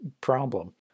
problem